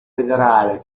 federale